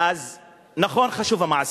אז נכון, חשובים המעשים.